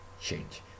change